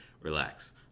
Relax